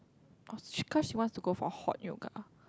oh cause she wants to go for hot yoga